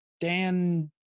Dan –